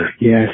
Yes